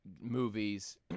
movies